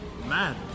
Man